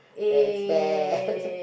that's bad